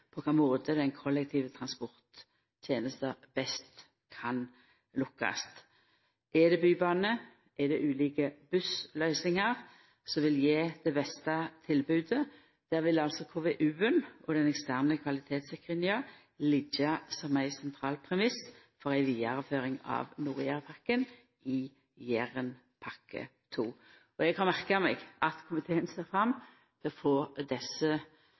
på kva måte den kollektive transporttenesta best kan lukkast. Er det bybane, er det ulike bussløysingar som vil gje det beste tilbodet? Der vil altså konseptvalutgreiinga og den eksterne kvalitetssikringa liggja som ein sentral premiss for ei vidareføring av Nord-Jærenpakka i Jærenpakke 2. Eg har merka meg at komiteen ser fram til å få desse